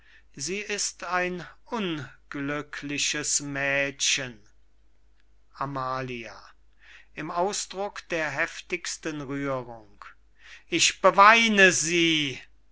amalia ist ein unglückliches mädchen amalia unglücklich und sie